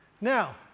now